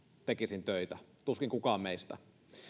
tekisin töitä tuskin kukaan meistä